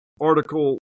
article